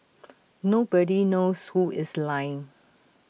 nobody knows who is lying